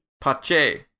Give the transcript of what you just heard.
Pache